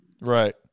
Right